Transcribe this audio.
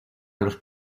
los